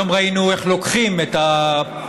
היום ראינו איך לוקחים את הביטחון,